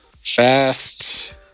Fast